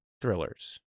thrillers